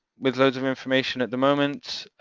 with loads of information at the moment,